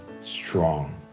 strong